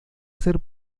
ser